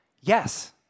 Yes